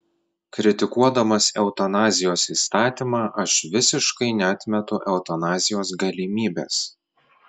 kritikuodamas eutanazijos įstatymą aš visiškai neatmetu eutanazijos galimybės